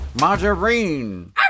Margarine